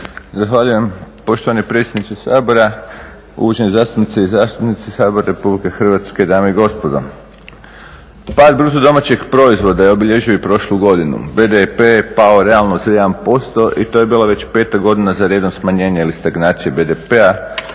Zahvaljujem poštovani predsjedniče Sabora. Uvažene zastupnice i zastupnici Sabora RH, dame i gospodo. Pad BDP-a je obilježio i prošlu godinu. BDP je pao realno za 1% i to je bila veća 5. godina za redom smanjenja ili stagnacije BDP-a,